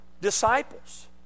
disciples